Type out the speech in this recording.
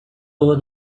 over